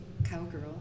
Cowgirl